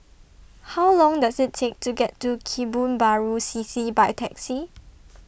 How Long Does IT Take to get to Kebun Baru C C By Taxi